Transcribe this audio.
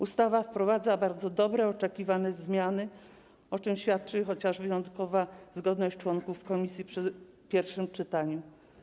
Ustawa wprowadza bardzo dobre zmiany, oczekiwane zmiany, o czym świadczy chociażby wyjątkowa zgodność członków komisji podczas pierwszego czytania.